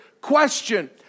Question